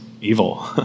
evil